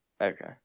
okay